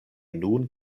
nun